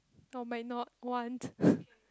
or might not want